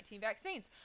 vaccines